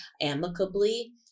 amicably